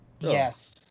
Yes